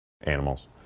Animals